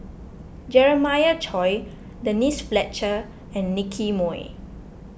Jeremiah Choy Denise Fletcher and Nicky Moey